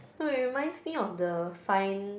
no it reminds me of the find